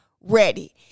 ready